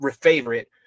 favorite